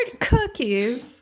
cookies